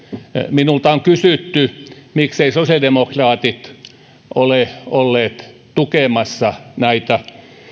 minulta on kysytty mikseivät sosiaalidemokraatit ole olleet tukemassa näitä